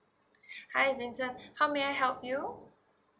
hi vincent how may I help you